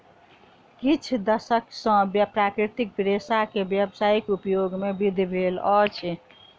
किछ दशक सॅ प्राकृतिक रेशा के व्यावसायिक उपयोग मे वृद्धि भेल अछि